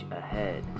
ahead